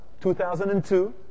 2002